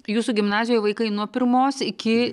jūsų gimnazijoj vaikai nuo pirmos iki